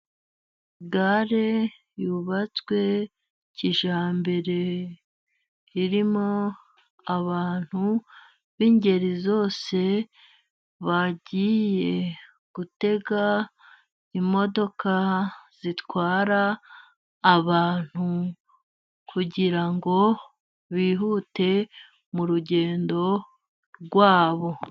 Gare yubatswe kijyambere, irimo abantu b'ingeri zose bagiye gutega imodoka zitwara abantu, kugira ngo bihute mu rugendo rwabo.